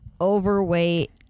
overweight